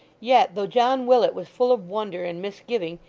yet, though john willet was full of wonder and misgiving,